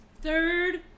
Third